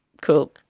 cool